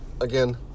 again